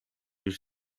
bir